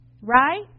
Right